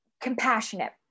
compassionate